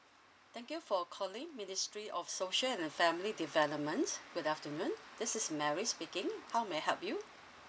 thank you for calling ministry of social and the family development good afternoon this is mary speaking how may I help you